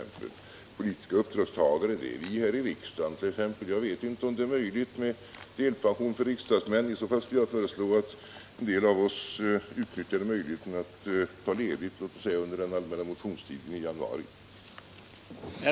Politiska uppdragstagare — det är vi här i riksdagen t.ex. Jag vet inte om det är möjligt med delpension för riksdagsmän. I så fall skulle jag föreslå att en del av oss utnyttjade möjligheten att ta ledigt låt oss säga under den allmänna Om minst hälften av de röstande röstar nej har kammaren beslutat att ärendet skall återförvisas till utskottet.